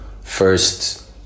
first